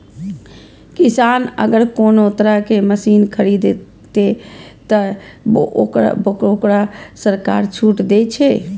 किसान अगर कोनो तरह के मशीन खरीद ते तय वोकरा सरकार छूट दे छे?